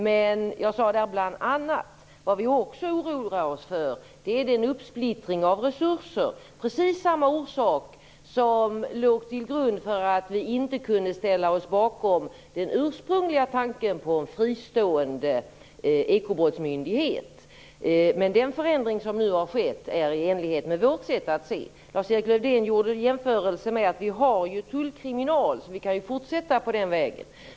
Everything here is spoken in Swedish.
Men jag sade att vad vi bl.a. också oroar oss för är uppsplittringen av resurser av precis samma orsak som gjorde att vi inte kunde ställa oss bakom den ursprungliga tanken på en fristående ekobrottsmyndighet. Men den förändring som nu har skett är i enlighet med vårt synsätt. Lars-Erik Lövdén gjorde jämförelsen med att det finns en tullkriminal, så vi kan ju fortsätta på den vägen.